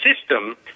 system